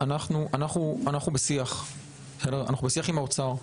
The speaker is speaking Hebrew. אנחנו בשיח עם האוצר.